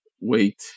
wait